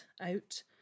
out